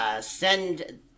Send